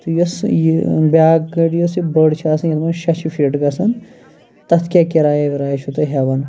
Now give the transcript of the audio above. تہٕ یۄس یہِ بیاکھ گٲڑ یۄس یہِ بٔڑ چھِ آسان یتھ مَنٛز شیٚے چھِ فِٹ گَژھان تَتھ کیاہ کِراے وِراے چھِو تُہۍ ہیٚوان